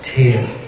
Tears